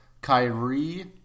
Kyrie